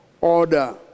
order